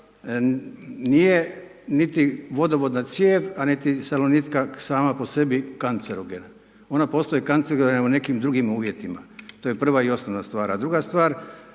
nije niti vodovodna cijev niti salonitka sama po sebi kancerogena, ona postaje kancerogena u nekim drugim uvjetima, to je prva i osnovna stvar, a druga stvar,